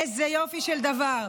איזה יופי של דבר.